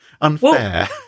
unfair